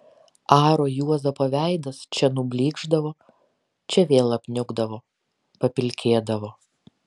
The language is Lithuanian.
aro juozapo veidas čia nublykšdavo čia vėl apniukdavo papilkėdavo